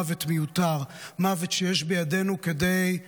זה מוות מיותר, מוות שיש בידינו להוריד,